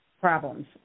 problems